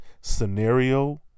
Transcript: scenario